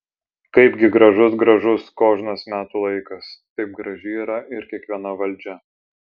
kaipgi gražus gražus kožnas metų laikas taip graži yra ir kiekviena valdžia